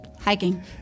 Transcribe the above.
Hiking